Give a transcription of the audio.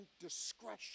discretion